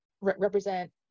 represent